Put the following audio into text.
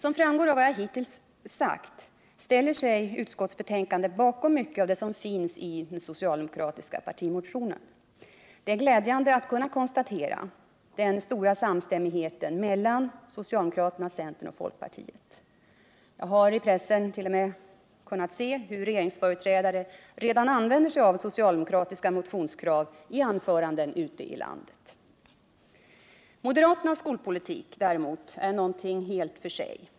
Som framgår av vad jag hittills sagt ställer sig utskottet bakom mycket av det som finns i den socialdemokratiska partimotionen. Det är glädjande att kunna konstatera den stora samstämmigheten mellan socialdemokraterna, centern och folkpartiet. Jag har i pressen t.o.m. kunnat se hur regeringsföreträdare redan använder socialdemokratiska motionskrav i anföranden ute i landet. Nr 166 Moderaternas skolpolitik däremot är något helt för sig.